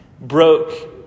broke